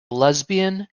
lesbian